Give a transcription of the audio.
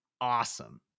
awesome